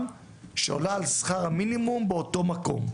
שעולה על שכר המינימום באותו מקום,